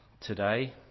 today